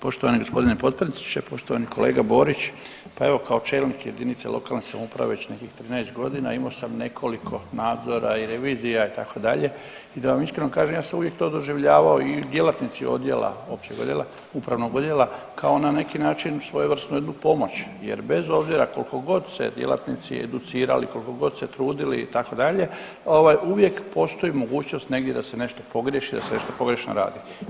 Poštovani gospodine potpredsjedniče, poštovani kolega Borić, pa evo kao čelnik jedinice lokalne samouprave već nekih 13 godina imamo sam nekoliko nadzora i revizija itd., i da vam iskreno kažem ja sam uvijek to doživljavao i djelatnici odjela, općeg odjela, upravnog odjela kao na neki način svojevrsnu jednu pomoć jer bez obzira koliko god se djelatnici educirali, koliko god se trudili itd., ovaj uvijek postoji mogućnost negdje da se nešto pogriješi, da se nešto pogrešno radi.